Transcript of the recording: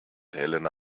helena